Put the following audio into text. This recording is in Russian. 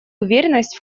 уверенность